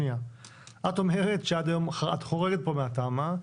את אומרת שעד היום את חורגת פה מהתמ"א,